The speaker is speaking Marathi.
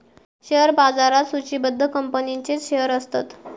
शेअर बाजारात सुचिबद्ध कंपनींचेच शेअर्स असतत